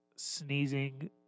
sneezing